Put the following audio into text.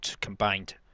combined